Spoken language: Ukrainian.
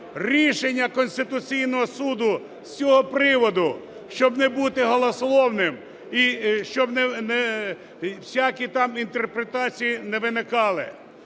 рішення Конституційного Суду з цього приводу, щоб не бути голослівним і щоб всякі там інтерпретації не виникали.